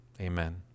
Amen